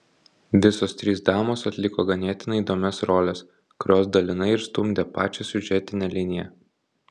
visos trys damos atliko ganėtinai įdomias roles kurios dalinai ir stumdė pačią siužetinę liniją